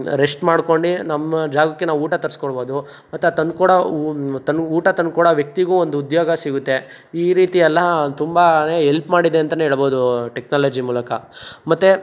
rest ಮಾಡ್ಕೊಂಡು ನಮ್ಮ ಜಾಗಕ್ಕೆ ನಾವು ಊಟ ತರ್ಸ್ಕೊಳ್ಬೋದು ಮತ್ತು ಅದು ತಂದ್ಕೊಡೋ ತಂದು ಊಟ ತಂದ್ಕೊಡೋ ವ್ಯಕ್ತಿಗೂ ಒಂದು ಉದ್ಯೋಗ ಸಿಗುತ್ತೆ ಈ ರೀತಿಯೆಲ್ಲ ತುಂಬನೇ ಎಲ್ಪ್ ಮಾಡಿದೆ ಅಂತಲೇ ಏಳಬೌದು ಟೆಕ್ನಾಲಜಿ ಮೂಲಕ ಮತ್ತೆ